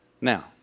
Now